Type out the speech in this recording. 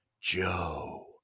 Joe